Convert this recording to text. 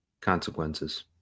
consequences